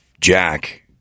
Jack